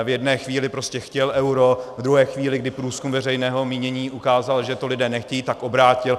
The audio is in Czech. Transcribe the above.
V jedné chvíli prostě chtěl euro, v druhé chvíli, kdy průzkum veřejného mínění ukázal, že to lidé nechtějí, tak obrátil.